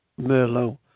Merlot